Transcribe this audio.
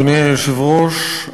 אדוני היושב-ראש,